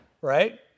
right